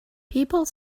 people